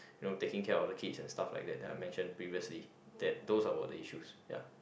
you know taking care of the kids and stuff like that that I mentioned previously that those are the issues ya